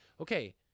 Okay